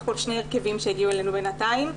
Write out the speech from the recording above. הכול שני הרכבים שהגיעו אלינו בינתיים,